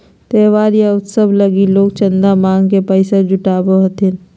त्योहार या उत्सव लगी लोग चंदा मांग के पैसा जुटावो हथिन